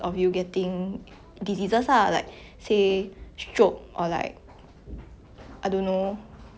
like your blood pressure will be higher like you know 我自己也有看过 lah like 我的亲戚 you know some of them